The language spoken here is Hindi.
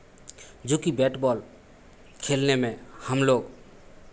जोकि बैट बॉल खेलने में हम लोग